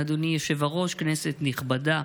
אדוני היושב-ראש, כנסת נכבדה.